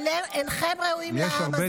לא יקרה כלום.